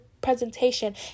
presentation